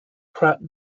pratt